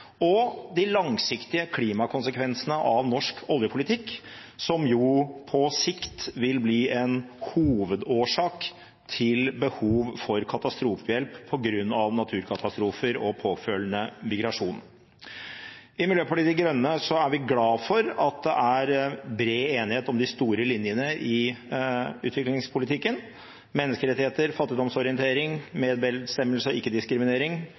og de langsiktige klimakonsekvensene av norsk oljepolitikk, som jo på sikt vil bli en hovedårsak til behov for katastrofehjelp på grunn av naturkatastrofer og påfølgende migrasjon. I Miljøpartiet De Grønne er vi glad for at det er bred enighet om de store linjene i utviklingspolitikken: menneskerettigheter, fattigdomsorientering, medbestemmelse og